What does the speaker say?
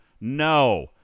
no